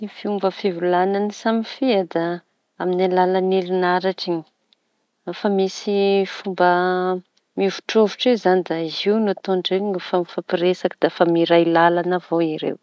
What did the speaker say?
Ny fomba fivolaña samy fia da amin'ny alalany herinaratsy efa misy fomba mihovitrovitry io izañy da io no ataon-dreo no fa mifampiresaky dafa miray lalañy avao ireo.